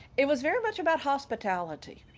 it was very much about hospitality.